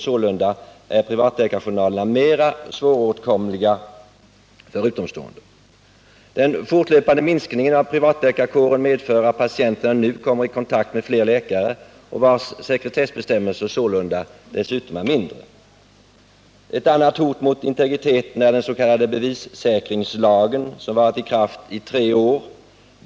Sålunda är privatläkarjournalerna mer svåråtkomliga för utomstående. Den fortlöpande minskningen av privatläkarkåren medför att patienterna nu kommer i kontakt med fler läkare, och sekretessbestämmelserna för dem är sålunda dessutom mindre. Ett annat hot mot integriteten är den s.k. bevissäkringslagen som varit i kraft i tre år.